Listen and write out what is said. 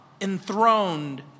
enthroned